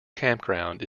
campground